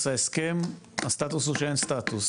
נתחיל עם סטאטוס ההסכם: הסטאטוס הוא שאין סטאטוס.